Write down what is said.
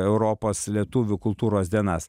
europos lietuvių kultūros dienas